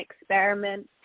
experiment